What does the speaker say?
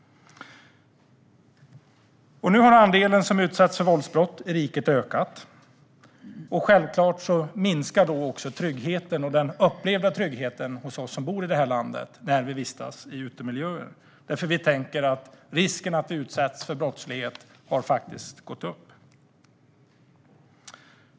Nu har andelen som utsätts för våldsbrott i riket ökat. Självklart minskar då tryggheten och den upplevda tryggheten hos oss som bor i det här landet när vi vistas i utemiljöer, för vi tänker att risken för att vi utsätts för brottslighet faktiskt har ökat.